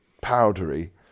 powdery